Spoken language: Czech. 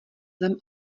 zem